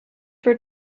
for